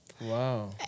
Wow